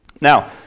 Now